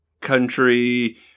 country